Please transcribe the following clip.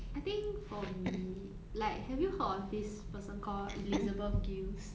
I think for me like have you heard of this person called elizabeth gillies